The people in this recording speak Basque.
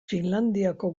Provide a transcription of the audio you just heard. finlandiako